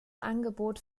angebot